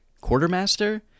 quartermaster